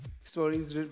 stories